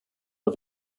are